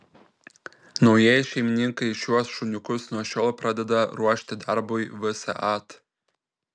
naujieji šeimininkai šiuos šuniukus nuo šiol pradeda ruošti darbui vsat